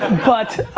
but,